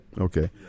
Okay